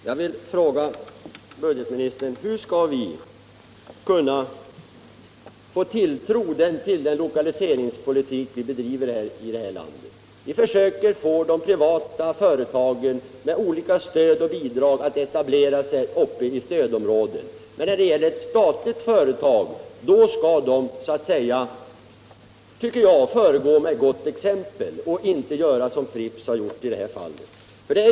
Herr talman! Jag vill fråga budgeministern: Hur skall man kunna få någon tilltro till den lokaliseringspolitik vi bedriver i det här landet? Vi försöker med olika stöd och bidrag få de privata företagen att etablera sig i stödområdet. Jag tycker då att de statliga företagen skall föregå med gott exempel och inte göra som Pripps har gjort i det här fallet.